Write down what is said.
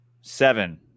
seven